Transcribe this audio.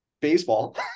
baseball